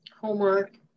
Homework